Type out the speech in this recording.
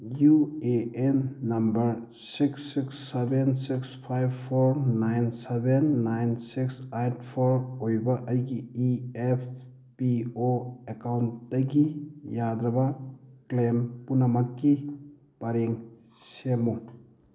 U A N number six six seven six five four nine seven nine six eight four ꯑꯣꯏꯕ ꯑꯩꯒꯤ E F P O ꯑꯦꯀꯥꯎꯟꯇꯒꯤ ꯌꯥꯗ꯭ꯔꯕ ꯀ꯭ꯂꯦꯝ ꯄꯨꯝꯅꯃꯛꯀꯤ ꯄꯔꯦꯡ ꯁꯦꯝꯃꯨ